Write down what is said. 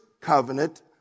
covenant